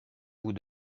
vous